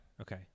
Okay